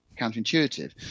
counterintuitive